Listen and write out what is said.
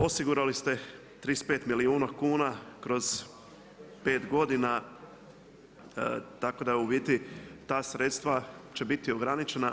Osigurali ste 35 milijuna kuna kroz pet godina, tako da u biti ta sredstva će biti ograničena.